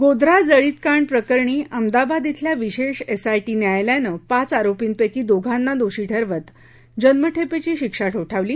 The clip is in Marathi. गोध्रा जळीतकांड प्रकरणी अहमदाबाद थिल्या विशेष एसआयटी न्यायालयानं पाच आरोपींपैकी दोघांना दोषी ठरवत जन्मठेपेची शिक्षा ठोठावली